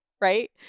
right